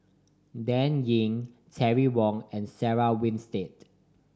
Dan Ying Terry Wong and Sarah Winstedt